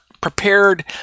prepared